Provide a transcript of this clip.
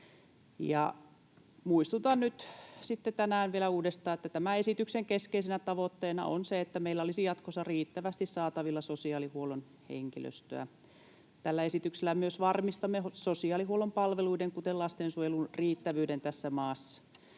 sitten tänään vielä uudestaan, että tämän esityksen keskeisenä tavoitteena on, että meillä olisi jatkossa riittävästi saatavilla sosiaalihuollon henkilöstöä. Tällä esityksellä myös varmistamme sosiaalihuollon palveluiden, kuten lastensuojelun, riittävyyden tässä maassa.